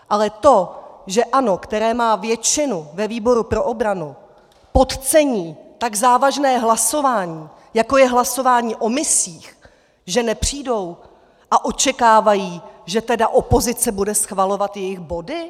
Ale to, že ANO, které má většinu, ve výboru pro obranu, podcení tak závažné hlasování, jako je hlasování o misích, že nepřijdou a očekávají, že tedy opozice bude schvalovat jejich body?